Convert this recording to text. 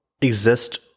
exist